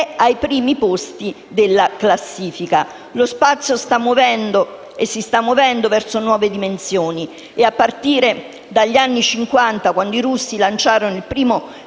ai primi posti della classifica. Lo spazio sta muovendo verso nuove dimensioni. A partire dagli anni Cinquanta, quando i russi lanciarono il primo